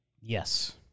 Yes